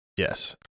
Yes